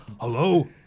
Hello